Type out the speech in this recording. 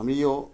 हामी यो